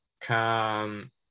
come